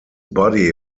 body